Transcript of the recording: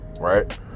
right